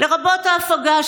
לרבות ההפגה,